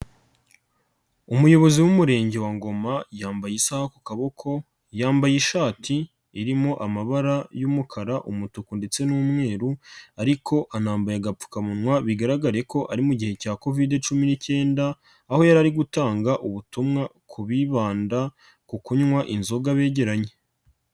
Umuyobozi w'Umurenge wa Ngoma yambaye isaha ku kaboko, yambaye ishati irimo amabara y'umukara, umutuku ndetse n'umweru ariko anambaye agapfukamunwa bigaragare ko ari mu gihe cya Covid cumi n'ikenda aho yari ari gutanga ubutumwa ku bibanda ku kunywa inzoga begeranye.